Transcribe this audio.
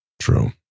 True